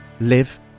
live